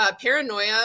paranoia